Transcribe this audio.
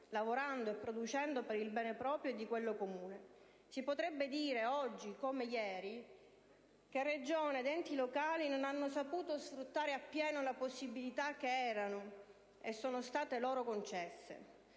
lavorando e producendo per il bene proprio e di quello comune. Si potrebbe dire, oggi come ieri, che Regioni ed enti locali non hanno saputo sfruttare appieno le possibilità che erano, e sono state, loro concesse,